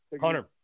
Hunter